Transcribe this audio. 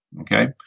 Okay